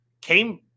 came